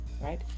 right